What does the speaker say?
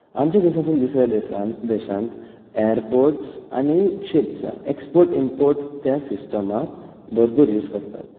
आमच्या देशांत सावन दुसऱ्या देशांत देशांत एयरपोर्ट्स आनी शिप्स एक्सपोर्ट इम्पोर्ट ह्या सिस्टमाक भरपूर यूज करतात